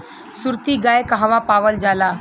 सुरती गाय कहवा पावल जाला?